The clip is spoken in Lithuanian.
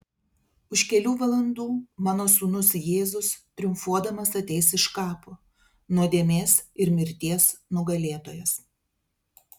už kelių valandų mano sūnus jėzus triumfuodamas ateis iš kapo nuodėmės ir mirties nugalėtojas